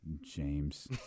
James